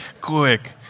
Quick